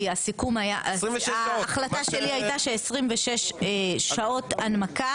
כי ההחלטה שלי הייתה: 26 שעות הנמקה.